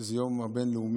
שזה היום הבין-לאומי.